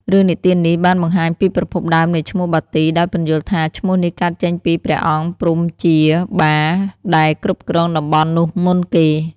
រឿងនិទាននេះបានបង្ហាញពីប្រភពដើមនៃឈ្មោះ "បាទី" ដោយពន្យល់ថា ឈ្មោះនេះកើតចេញពីព្រះអង្គព្រហ្មជា "បា" ដែលគ្រប់គ្រងតំបន់នោះមុនគេ។